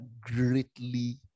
greatly